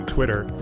Twitter